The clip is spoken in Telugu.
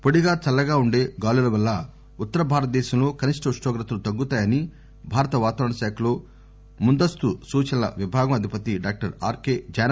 పొడిగా చల్లగా ఉండే గాలుల వల్ల ఉత్తర భారత దేశంలో కనిష్ట ఉష్ణోగ్రతలు తగ్గుతాయని భారత వాతావరణ శాఖలో ముందస్తు సూచనల విభాగం అధిపతి doctor R K Jenamani Akashvani తెలియచేశారు